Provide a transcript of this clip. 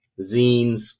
zines